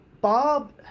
Bob